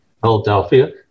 Philadelphia